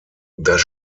das